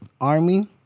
army